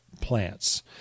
plants